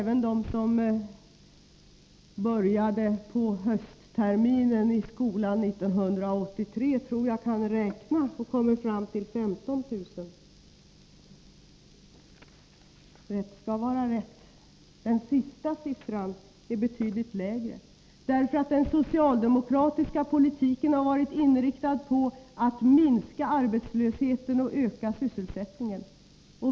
Men de som började skolan höstterminen 1983 kan, tror jag, räkna ut att det blir 15 000. Rätt skall vara rätt. Den senare siffran är betydligt lägre än den Bengt Wittbom angav. Det är den därför att den socialdemokratiska politiken har varit inriktad på att minska arbetslösheten och öka sysselsättningen.